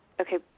okay